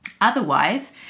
Otherwise